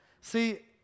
See